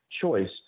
choice